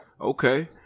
Okay